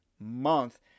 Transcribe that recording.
month